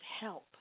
help